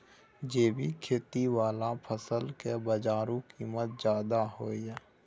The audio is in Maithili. जैविक खेती वाला फसल के बाजारू कीमत ज्यादा होय हय